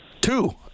Two